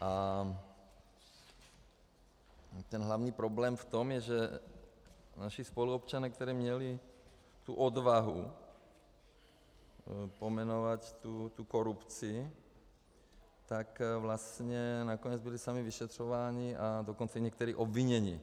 A ten hlavní problém je v tom, že naši spoluobčané, kteří měli tu odvahu pojmenovat tu korupci, tak vlastně nakonec byli sami vyšetřováni, a dokonce někteří obviněni.